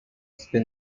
spin